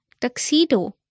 Tuxedo